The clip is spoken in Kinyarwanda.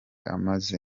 ameze